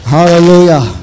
Hallelujah